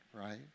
right